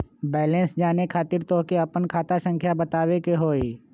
Balance जाने खातिर तोह के आपन खाता संख्या बतावे के होइ?